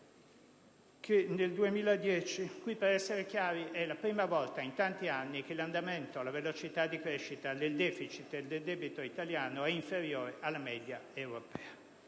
è la prima volta in tanti anni che la velocità di crescita del deficit e del debito italiano è inferiore alla media europea.